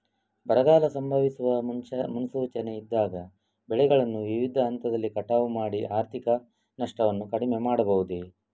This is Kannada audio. ಬರಗಾಲ ಸಂಭವಿಸುವ ಮುನ್ಸೂಚನೆ ಇದ್ದಾಗ ಬೆಳೆಗಳನ್ನು ವಿವಿಧ ಹಂತದಲ್ಲಿ ಕಟಾವು ಮಾಡಿ ಆರ್ಥಿಕ ನಷ್ಟವನ್ನು ಕಡಿಮೆ ಮಾಡಬಹುದೇ?